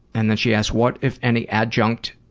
and then she asks, what, if any, adjunct